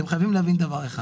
אתם חייבים להבין דבר אחד